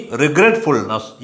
regretfulness